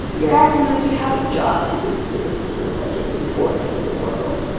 you're acting like you have a job to do for this, and like it's important for the world.